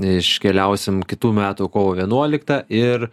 iškeliausim kitų metų kovo vienuoliktą ir